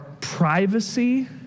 privacy